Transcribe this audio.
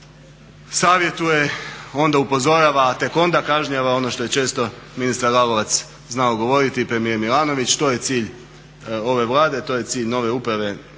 savjetuje onda upozorava a tek onda kažnjava. Ono što je često ministar Lalovac znao govoriti i premijer Milanović to je cilj ove Vlade, to je cilj nove uprave